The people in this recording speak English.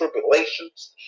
tribulations